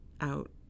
out